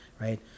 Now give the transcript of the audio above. right